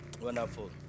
Wonderful